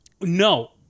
No